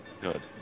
Good